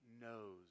knows